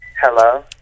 hello